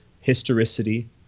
historicity